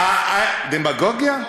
דמגוגיה?